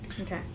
okay